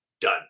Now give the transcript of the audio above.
Done